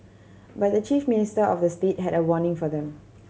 but the chief minister of the state had a warning for them